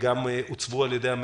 הוועדה ונסקרו בידי חבריה.